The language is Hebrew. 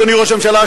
אדוני ראש הממשלה,